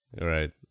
right